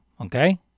okay